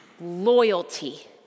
loyalty